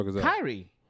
Kyrie